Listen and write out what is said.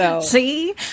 see